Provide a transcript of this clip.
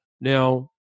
Now